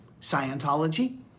Scientology